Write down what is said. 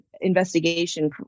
investigation